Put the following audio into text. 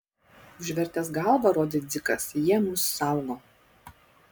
užvertęs galvą rodė dzikas jie mus saugo